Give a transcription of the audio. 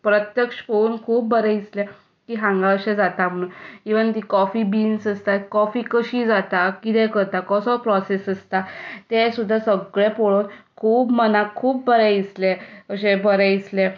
प्रत्यक्ष पळोवन खूब बरें दिसलें की हांगा अशें जाता म्हणून इवन ती कॉफी बिन्स आसता कॉफी कशी जाता कितें करता कसो प्रॉसेस आसता तें सुद्दां सगळें पळोवन खूब मनाक खूब बरें दिसलें अशें बरें दिसलें